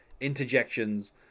interjections